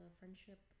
friendship